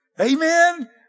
Amen